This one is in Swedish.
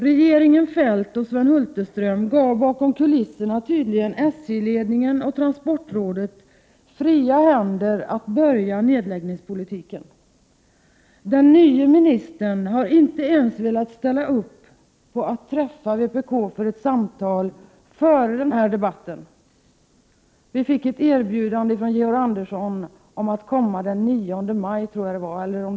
Regeringen - Kjell-Olof Feldt och Sven Hulterström — gav tydligen bakom kulisserna SJ-ledningen och transportrådet fria händer att börja nedläggningspolitiken. Den nye ministern har inte ens velat ställa upp på att träffa vpk för ett samtal före den här debatten. Vi fick ett erbjudande från Georg Andersson om att komma den 9 maj — eller om det var nästa vecka.